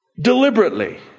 deliberately